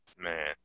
Man